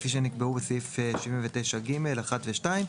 כפי שנקבעו בסעיפים 79(ג)(1) ו-(2),